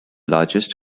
largest